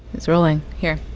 it's rolling. here.